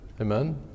Amen